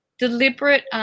deliberate